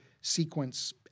sequence